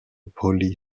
polly